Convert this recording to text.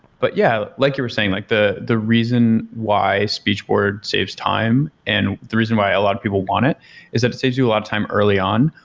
but yeah, like you were saying, like the the reason why speechboard saves time and the reason why a lot of people want it is that it saves you a lot of time early on,